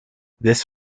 this